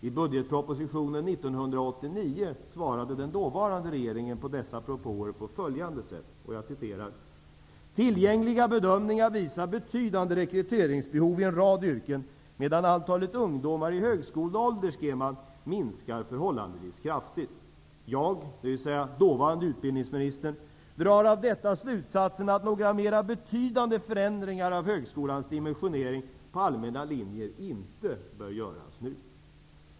I budgetpropositionen 1989 svarade den dåvarande regeringen på dessa propåer få följande sätt: Tillgängliga bedömningar visar betydande rekryteringsbehov i en rad yrken medan antalet ungdomar i högskoleålder minskar förhållandevis kraftigt. Jag -- dvs. dåvarande utbildningsministern -- drar av detta slutsatsen att några mer betydande förändringar av högskolans dimensionering på allmänna linjer inte bör göras nu.